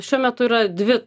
šiuo metu yra dvi